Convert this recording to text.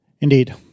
Indeed